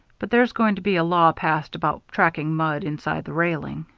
but there's going to be a law passed about tracking mud inside the railing.